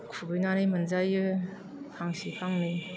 खुबैनानै मोनजायो फांसे फांनै